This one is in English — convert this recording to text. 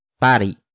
pari